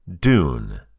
Dune